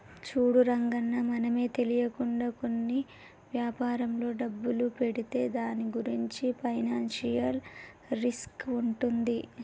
చూడు రంగన్న మనమే తెలియకుండా కొన్ని వ్యాపారంలో డబ్బులు పెడితే దాని గురించి ఫైనాన్షియల్ రిస్క్ ఉంటుంది